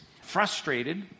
Frustrated